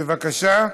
בבקשה.